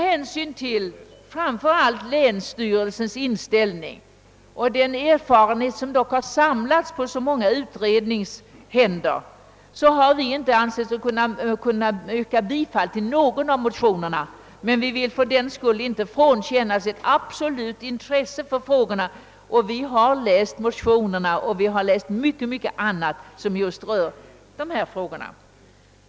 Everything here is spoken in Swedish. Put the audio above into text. Framför allt med hänsyn till länsstyrelsens inställning och till den erfarenhet som denna samlat från så många utredningar har vi inte ansett oss kunna tillstyrka någon av motionerna. Vi vill fördenskull inte frånkännas ett intresse för dessa frågor. Vi har noggrant läst motionerna och mycket annat som rör dessa frågor.